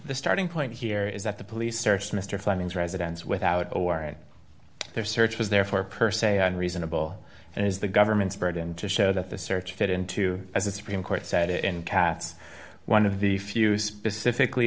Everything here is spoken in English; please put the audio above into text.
the starting point here is that the police searched mr fleming's residence without a warrant their search was therefore per se on reasonable and is the government's burden to show that the search fit into as a supreme court said it in cats one of the few specifically